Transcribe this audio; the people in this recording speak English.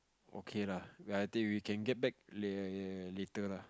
okay lah I think we can get back la~ later lah